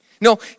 No